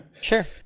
sure